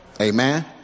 Amen